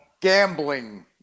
gambling